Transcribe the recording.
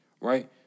Right